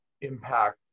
impact